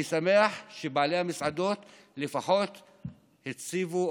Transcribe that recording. אני שמח שבעלי המסעדות לפחות הציבו,